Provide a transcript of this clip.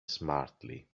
smartly